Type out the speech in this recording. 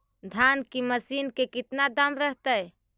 धान की मशीन के कितना दाम रहतय?